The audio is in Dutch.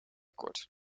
kort